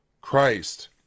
Christ